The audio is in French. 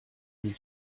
dis